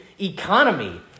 economy